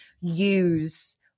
use